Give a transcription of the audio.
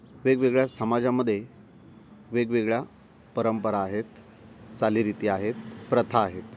वेगवेगळ्या समाजामध्ये वेगवेगळ्या परंपरा आहेत चालीरीती आहेत प्रथा आहेत